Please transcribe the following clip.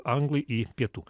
anglai į pietų